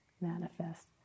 manifest